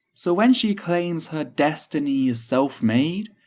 so when she claims her destiny is self made,